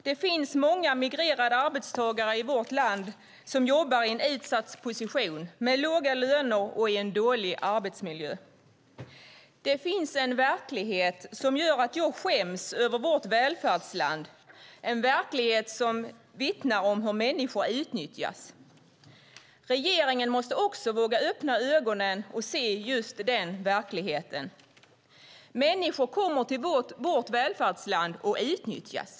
Det finns många migrerade arbetstagare i vårt land som jobbar i utsatta positioner med låga löner och i dåliga arbetsmiljöer. Det finns en verklighet som gör att jag skäms över vårt välfärdsland, en verklighet som vittnar om hur människor utnyttjas. Regeringen måste också våga öppna ögonen och se just den verkligheten. Människor kommer till vårt välfärdsland och utnyttjas.